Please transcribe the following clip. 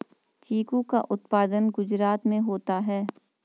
चीकू का उत्पादन गुजरात में होता है